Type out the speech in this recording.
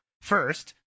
first